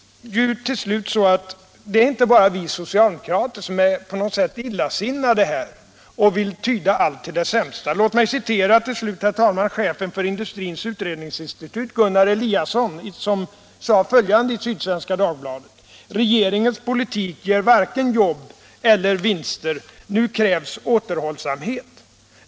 Till slut är det ju inte så, att vi socialdemokrater bara på något sätt är illasinnade och vill tyda allt till det sämsta. Låt mig citera, herr talman, chefen för Industrins utredningsinstitut, Gunnar Eliasson, som sade följande i Sydsvenska Dagbladet: ”Regeringens politik ger varken jobb eller vinster. Nu krävs återhållsamhet.